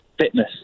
fitness